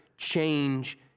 Change